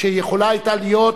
שהיתה יכולה להיות,